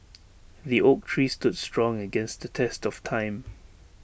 the oak tree stood strong against the test of time